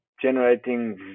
generating